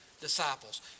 disciples